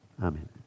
Amen